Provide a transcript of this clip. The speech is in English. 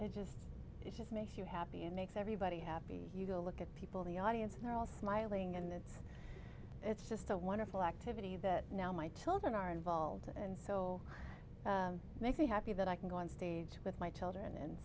it just it just makes you happy and makes everybody happy you go look at people the audience and they're all smiling and that's it's just a wonderful activity that now my children are involved and so it makes me happy that i can go on stage with my children and